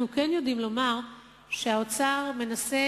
אנחנו כן יודעים לומר שהאוצר מנסה